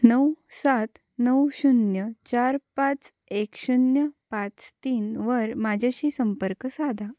नऊ सात नऊ शून्य चार पाच एक शून्य पाच तीनवर माझ्याशी संपर्क साधा